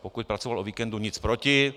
Pokud pracoval o víkendu, nic proti.